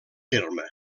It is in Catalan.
terme